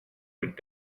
would